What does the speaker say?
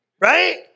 Right